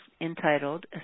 entitled